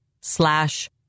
slash